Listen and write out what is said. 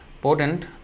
potent